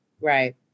Right